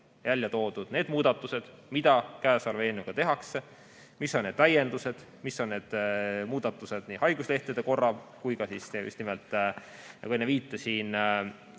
välja toodud need muudatused, mida eelnõuga tehakse, mis on need täiendused, mis on need muudatused nii haiguslehtede korral kui ka just nimelt, nagu enne viitasin,